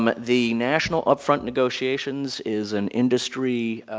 but the national upfront negotiations is an industry